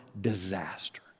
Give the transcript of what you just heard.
disaster